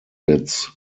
its